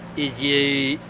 is you,